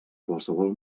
qualsevol